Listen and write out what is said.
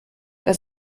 das